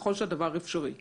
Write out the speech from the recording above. ככל שהדבר אפשרי ודרוש.".